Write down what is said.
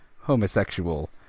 homosexual